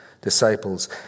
disciples